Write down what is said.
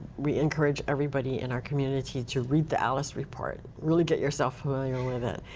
we encourage everybody in our community to read the alice report. really get yourself familiar with it.